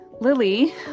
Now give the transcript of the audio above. Lily